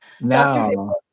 No